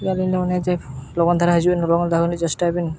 ᱥᱮ ᱟᱹᱞᱤᱧ ᱱᱚᱰᱮ ᱡᱮ ᱞᱚᱜᱚᱱ ᱫᱷᱟᱨᱟ ᱦᱤᱡᱩᱜ ᱞᱚᱜᱚᱱ ᱫᱷᱟᱨᱟ ᱪᱮᱥᱴᱟᱭ ᱵᱮᱱ